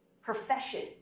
profession